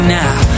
now